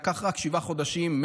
ולקח רק שבעה חודשים,